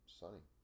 sunny